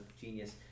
genius